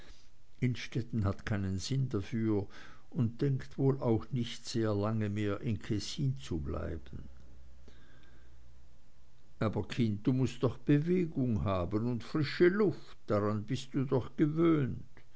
innstetten hat keinen sinn dafür und denkt wohl auch nicht sehr lange mehr in kessin zu bleiben aber kind du mußt doch bewegung haben und frische luft daran bist du doch gewöhnt